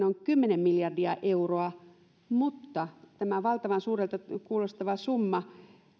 ovat kymmenen miljardia euroa niin tämä valtavan suurelta kuulostava summa